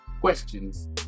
questions